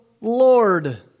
Lord